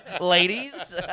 Ladies